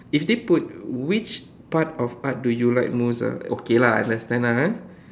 if they put which part of art do you like most ah okay lah I understand lah ah